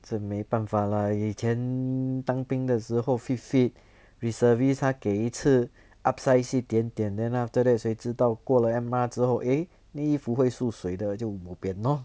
这没办法 lah 以前当兵的时候 fit fit reservists 他给一次 upsize 一点点 then after that 谁知道过了 M_R 之后 eh 衣服会缩水的就 bo bian lor